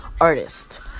artist